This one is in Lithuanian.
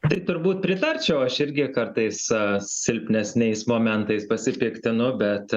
tai turbūt pritarčiau aš irgi kartais silpnesniais momentais pasipiktinu bet